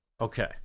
Okay